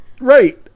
Right